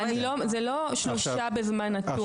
זה לא שלושה בזמן נתון.